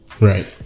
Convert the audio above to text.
Right